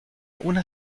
una